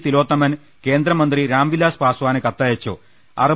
തിലോത്തമൻ കേന്ദ്രമന്ത്രി രാംവിലാസ് പസ്വാന് കത്തയച്ചു